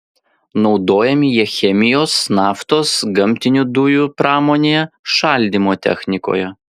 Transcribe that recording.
naudojami jie chemijos naftos gamtinių dujų pramonėje šaldymo technikoje